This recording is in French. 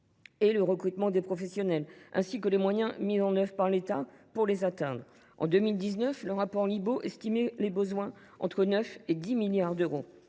et le recrutement des professionnels, ainsi que les moyens mis en œuvre par l’État pour les atteindre. En 2019, le rapport Libault estimait les besoins entre 9 et 10 milliards d’euros.